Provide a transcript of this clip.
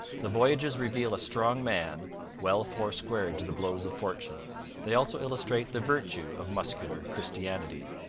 the voyages reveal a strong man well four-squared to the blows of fortune they also illustrate the virtue of muscular christianity.